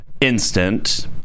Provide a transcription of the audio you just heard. instant